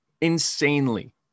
insanely